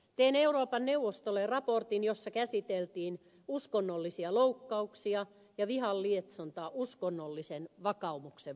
tein euroopan neuvostolle raportin jossa käsiteltiin uskonnollisia loukkauksia ja vihan lietsontaa uskonnollisen vakaumuksen vuoksi